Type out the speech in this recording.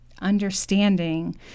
understanding